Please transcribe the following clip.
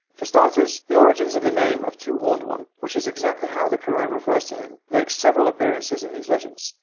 for starters the origins of the name of two-horned one, which is exactly how the quran refers to him, makes several appearences in these legends.